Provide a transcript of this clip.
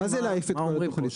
מה זה להעיף את כל התוכנית?